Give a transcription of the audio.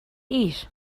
eat